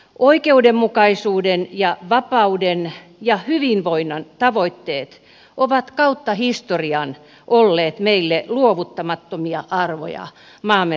oikeudenmukaisuuden ja vapauden ja hyvinvoinnin tavoitteet ovat kautta historian olleet meille luovuttamattomia arvoja maamme rakentamisessa